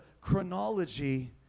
chronology